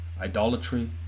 Idolatry